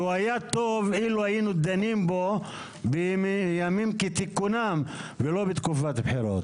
והיה טוב לו היינו דנים בו בימים כתיקונם ולא בתקופת בחירות.